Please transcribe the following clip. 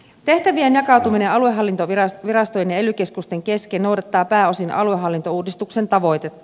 tehtävien jakautuminen aluehallintovirastojen ja ely keskusten kesken noudattaa pääosin aluehallintouudistuksen tavoitetta